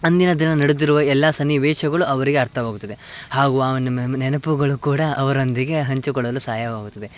ಅಂದಿನ ದಿನ ನಡೆದಿರುವ ಎಲ್ಲ ಸನ್ನಿವೇಶಗಳು ಅವರಿಗೆ ಅರ್ಥವಾಗುತ್ತದೆ ಹಾಗೂ ನೆನಪುಗಳೂ ಕೂಡ ಅವರೊಂದಿಗೆ ಹಂಚಿಕೊಳ್ಳಲು ಸಹಾಯವಾಗುತ್ತದೆ